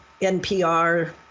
NPR